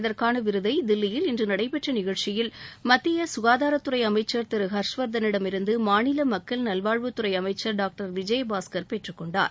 இதற்கான விருதை தில்லியில் இன்று நடைபெற்ற நிகழ்ச்சியில் மத்திய க்காதாரத் துறை அமைச்சர் திரு ஹர்ஷ்வர்த்தனிடமிருந்து மாநில மக்கள் நல்வாழ்வுத் துறை அமைச்சர் டாக்டர் விஜயபாஸ்கர் பெற்றுக்கொண்டார்